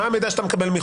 מה המידע שאתה מקבל מחו"ל?